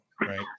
right